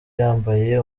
yambaye